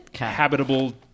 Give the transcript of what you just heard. habitable